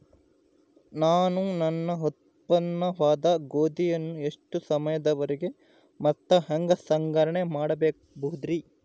ನಾನು ನನ್ನ ಉತ್ಪನ್ನವಾದ ಗೋಧಿಯನ್ನ ಎಷ್ಟು ಸಮಯದವರೆಗೆ ಮತ್ತ ಹ್ಯಾಂಗ ಸಂಗ್ರಹಣೆ ಮಾಡಬಹುದುರೇ?